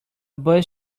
bus